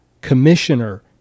commissioner